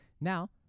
Now